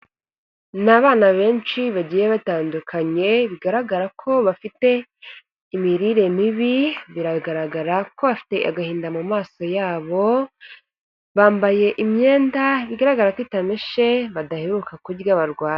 Ni abana benshi bagiye batandukanye bigaragara ko bafite imirire mibi, biragaragara kuko bafite agahinda mu maso yabo, bambaye imyenda igaragara ko itameshe badaheruka kurya barwaye.